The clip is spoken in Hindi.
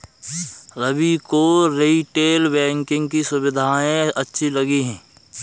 रवि को रीटेल बैंकिंग की सुविधाएं अच्छी लगी